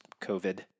COVID